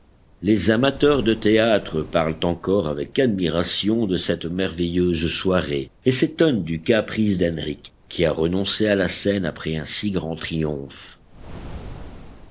les amateurs de théâtre parlent encore avec admiration de cette merveilleuse soirée et s'étonnent du caprice d'henrich qui a renoncé à la scène après un si grand triomphe